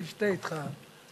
אני אשתה אתך.